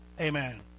Amen